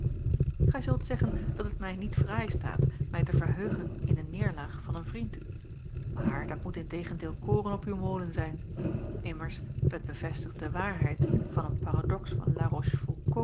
gij zult zeggen dat het mij niet fraai staat mij te verheugen in de neêrlaag van een vriend maar dat moet in tegendeel koren op uw molen zijn immers het bevestigt de waarheid van een paradox van